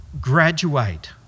graduate